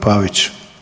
Pavić.